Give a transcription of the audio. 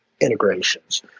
integrations